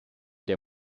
der